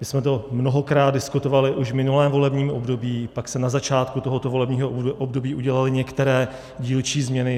My jsme to mnohokrát diskutovali už v minulém volebním období, pak se na začátku tohoto volebního období udělaly některé dílčí změny.